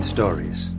Stories